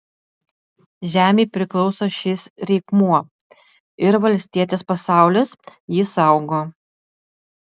žemei priklauso šis reikmuo ir valstietės pasaulis jį saugo